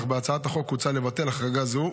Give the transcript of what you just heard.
אך בהצעת החוק הוצע לבטל החרגה זו.